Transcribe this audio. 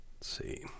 see